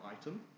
item